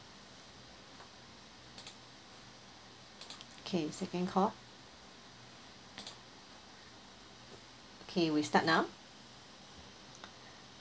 okay second call okay we start now